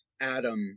Adam